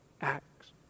acts